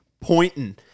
pointing